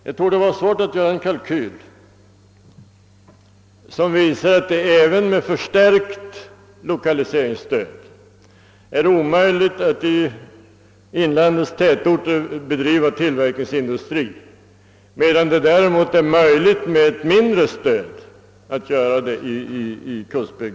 Det torde vara svårt att göra en kalkyl som visar att det även med förstärkt lokaliseringsstöd inte är möjligt att i inlandets tätorter bedriva tillverkningsindustri, medan det däremot i kustbygden är möjligt att göra det med ett mindre stöd.